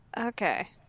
okay